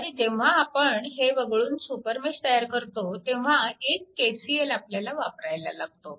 तर जेव्हा आपण हे वगळून सुपरमेश तयार करतो तेव्हा एक KCL आपल्याला वापरायला लागतो